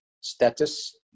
status